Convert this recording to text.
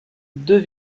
deux